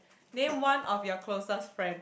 name one of your closest friend